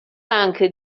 anche